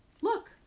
Look